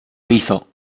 hizo